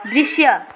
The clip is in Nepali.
दृश्य